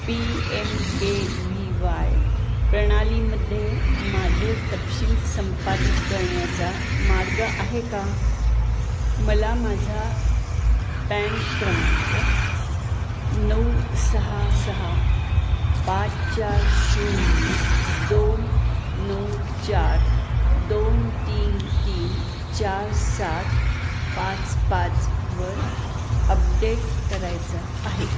P M K V Y प्रणालीमध्ये माझे तपशील संपादित करण्याचा मार्ग आहे का मला माझा पॅन क्रमांक नऊ सहा सहा पाच चार शून्य दोन नऊ चार दोन तीन तीन चार सात पाच पाच वर अपडेट करायचा आहे